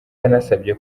yanasabye